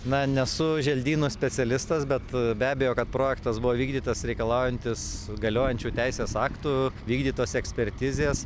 na nesu želdynų specialistas bet be abejo kad projektas buvo vykdytas reikalaujantis galiojančių teisės aktų vykdytos ekspertizės